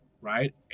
Right